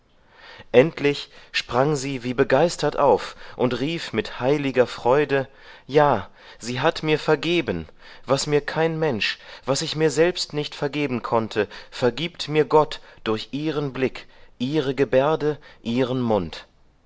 endlich sprang sie wie begeistert auf und rief mit heiliger freude ja sie hat mir vergeben was mir kein mensch was ich mir selbst nicht vergeben konnte vergibt mir gott durch ihren blick ihre gebärde ihren mund